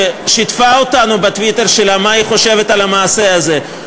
ששיתפה אותנו בטוויטר שלה במה היא חושבת על המעשה הזה,